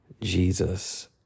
Jesus